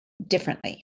differently